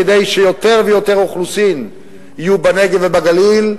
כדי שיותר ויותר אוכלוסין יהיו בנגב ובגליל,